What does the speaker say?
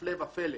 הפלא ופלא,